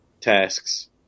tasks